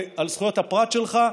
על זכויות הפרט שלך,